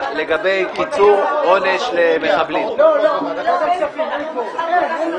מטעם ועדת חוקה עודד פורר, שולי מועלם,